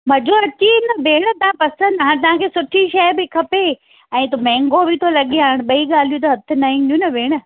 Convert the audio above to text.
मजो अची वेंदव भेण तव्हां पसंदि हाणे तव्हांखे सुठी शइ बि खपे ऐं तो महांगो बि थो लॻे त हाणे ॿई ॻाल्हियूं त हथ न ईंदियूं न भेण